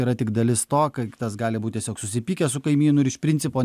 yra tik dalis to kai tas gali būti tiesiog susipykęs su kaimynuir iš principo